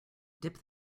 dip